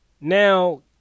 Now